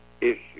issue